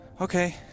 Okay